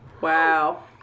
Wow